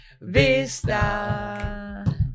Vista